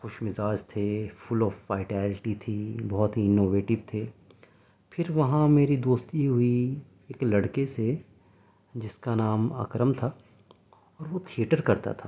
خوش مزاج تھے فل آف فائٹایلیٹی تھی بہت ہی انوویٹو تھے پھر وہاں میری دوستی ہوئی ایک لڑکے سے جس کا نام اکرم تھا اور وہ تھئیٹر کرتا تھا